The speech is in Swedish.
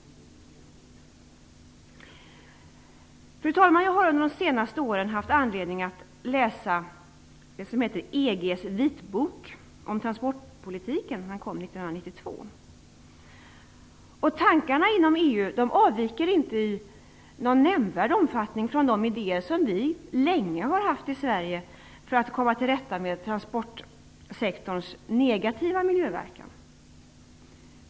Fru talman! Jag har under de senaste åren haft anledning att läsa det som heter EG:s vitbok om tansportpolitiken. Den kom 1992. Tankarna inom EU avviker inte i någon nämnvärd omfattning från de idéer som vi länge har haft i Sverige för att komma till rätta med transportsektorns negativa miljöverkan.